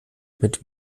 mit